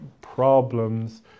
problems